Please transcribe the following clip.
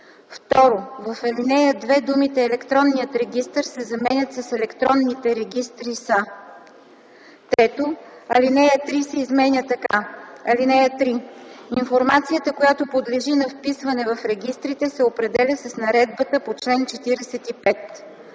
2. В ал. 2 думите „Електронният регистър е” се заменят с „Електронните регистри са”. 3. Алинея 3 се изменя така: „(3) Информацията, която подлежи на вписване в регистрите, се определя с наредбата по чл. 45.”